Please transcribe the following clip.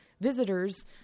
visitors